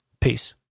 Peace